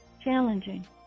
Challenging